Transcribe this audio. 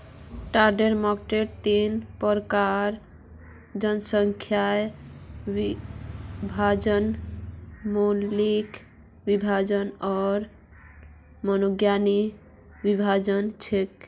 target मार्केटेर तीन प्रकार जनसांख्यिकीय विभाजन, भौगोलिक विभाजन आर मनोवैज्ञानिक विभाजन छेक